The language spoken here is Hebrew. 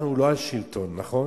אנחנו לא השלטון, נכון?